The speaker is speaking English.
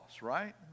right